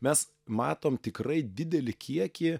mes matom tikrai didelį kiekį